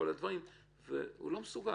והוא לא מסוגל.